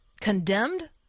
condemned